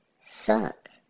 suck